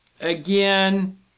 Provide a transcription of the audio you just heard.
Again